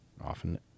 often